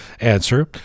answer